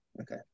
Okay